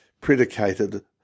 predicated